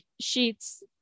Sheets